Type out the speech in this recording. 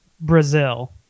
Brazil